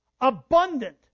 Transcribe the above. abundant